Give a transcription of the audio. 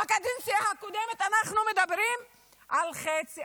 בקדנציה הקודמת אנחנו מדברים על חצי,